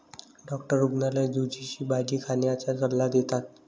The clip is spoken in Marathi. डॉक्टर रुग्णाला झुचीची भाजी खाण्याचा सल्ला देतात